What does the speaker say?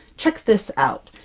check this out!